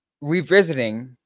revisiting